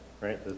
right